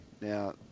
Now